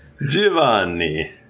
Giovanni